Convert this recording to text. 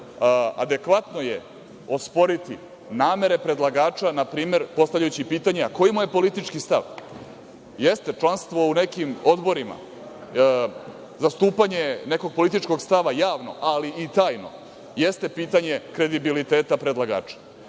adekvatno je osporiti namere predlagača, npr. postavljajući pitanje – a koji mu je politički stav? Jeste, članstvo u nekim odborima, zastupanje nekog političkog stava javno, ali i tajno, jeste pitanje kredibiliteta predlagača.